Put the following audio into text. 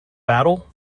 battle